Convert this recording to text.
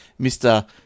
Mr